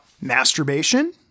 masturbation